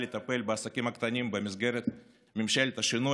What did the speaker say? לטפל בעסקים הקטנים במסגרת ממשלת השינוי,